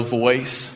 voice